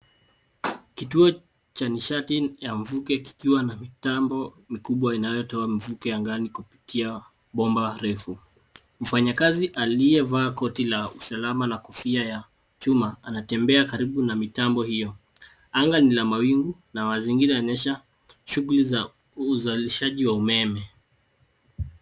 Kituo cha nishati ya mvuke kikiwa na mitambo mikubwa inayo toa mvuke angani kupitia bomba refu mfanya kazi aliye vaa koti la usalama na kofia la chuma anatembea karibu na mitambo hiyo. Anga ni la mawingu na mazingira yanaonyesha shughuli za uzalishaji wa umeme.